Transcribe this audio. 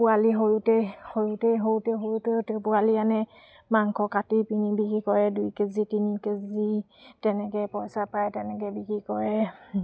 পোৱালি সৰুতে সৰুতে সৰুতে সৰুতে পোৱালি আনে মাংস কাটি পিনি বিক্ৰী কৰে দুই কেজি তিনি কেজি তেনেকৈ পইচা পায় তেনেকৈ বিক্ৰী কৰে